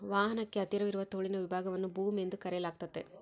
ವಾಹನಕ್ಕೆ ಹತ್ತಿರವಿರುವ ತೋಳಿನ ವಿಭಾಗವನ್ನು ಬೂಮ್ ಎಂದು ಕರೆಯಲಾಗ್ತತೆ